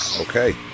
okay